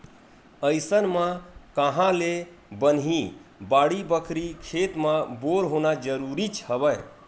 अइसन म काँहा ले बनही बाड़ी बखरी, खेत म बोर होना जरुरीच हवय